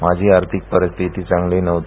माझी आर्थिक परिस्थिती चांगली नव्हती